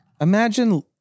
imagine